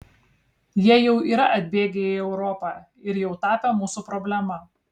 jie jau yra atbėgę į europą ir jau tapę mūsų problema